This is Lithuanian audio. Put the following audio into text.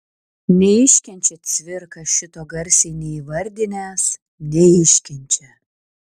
neiškenčia cvirka šito garsiai neįvardinęs neiškenčia